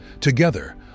Together